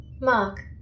mark